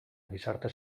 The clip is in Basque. gizarte